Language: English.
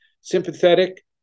sympathetic